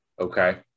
Okay